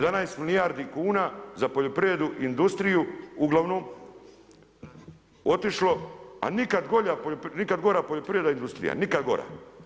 11 milijardi kuna za poljoprivrednu industriju uglavnom otišlo, a nikad gora poljoprivredna industrija, nikad gora.